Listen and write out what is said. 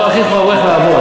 לא תכריח אברך לעבוד.